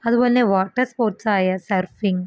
അതുപോലെ തന്നെ വാട്ടര് സ്പോര്ട്സായ സര്ഫിങ്ങ്